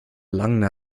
langen